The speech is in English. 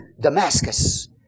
Damascus